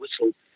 whistle